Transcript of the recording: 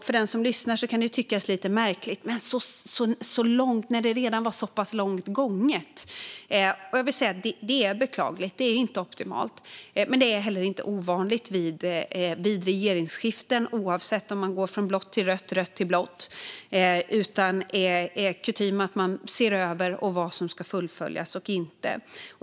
För den som lyssnar kan det tyckas lite märkligt när det redan var så pass långt gånget. Jag vill säga att det är beklagligt; det är inte optimalt. Men det är inte ovanligt vid regeringsskiften, oavsett om man går från blått till rött eller rött till blått, utan det är kutym att man ser över vad som ska fullföljas och inte.